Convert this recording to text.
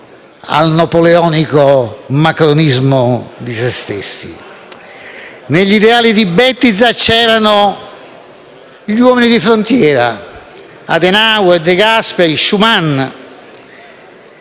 al napoleonico macronismo di se stessi. Negli ideali di Bettiza c'erano gli uomini di frontiera, Adenauer, De Gasperi, Schuman,